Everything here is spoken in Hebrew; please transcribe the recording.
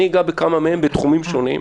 אני אגע בכמה מהם, בתחומים שונים.